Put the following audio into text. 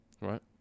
right